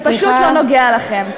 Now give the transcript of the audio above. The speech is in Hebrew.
זה פשוט לא נוגע לכם.